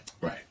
right